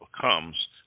comes